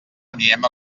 anirem